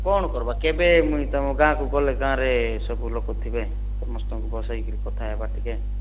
କ'ଣ କରବା କେବେ ମୁଇଁ ତୁମ ଗାଁକୁ ଗଲେ ଗାଁରେ ସବୁଲୋକ ଥିବେ ସମସ୍ତଙ୍କୁ ବସେଇକିରି କଥା ହେବା ଟିକିଏ